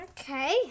Okay